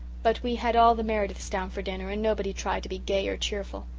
but we had all the merediths down for dinner and nobody tried to be gay or cheerful.